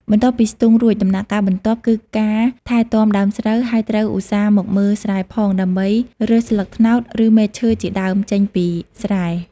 បន្ទាប់ពីស្ទូងរួច ដំណាក់កាលបន្ទាប់គឺការថែទាំដើមស្រូវ ហើយត្រូវឧស្សាហ៍មកមើលស្រែផង ដើម្បីរើសស្លឹកត្នោត ឬមែកឈើជាដើម ចេញពីស្រែ។